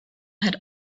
had